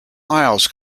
isles